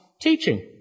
teaching